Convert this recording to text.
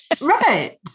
Right